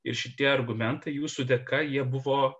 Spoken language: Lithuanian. ir šitie argumentai jūsų dėka jie buvo